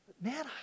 Man